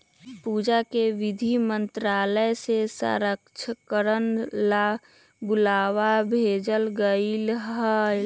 पूजा के वित्त मंत्रालय से साक्षात्कार ला बुलावा भेजल कई हल